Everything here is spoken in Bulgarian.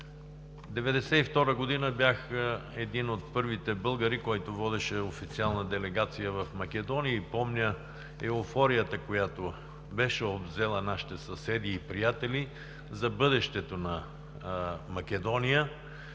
1992 г. бях един от първите българи, който водеше официална делегация в Македония, и помня еуфорията, която беше обзела нашите съседи и приятели за бъдещето на Македония.